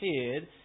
appeared